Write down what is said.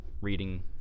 reading